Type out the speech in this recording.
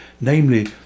Namely